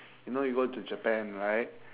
you know you go to japan right